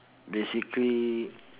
basically